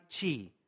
Chi